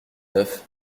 neuf